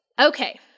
Okay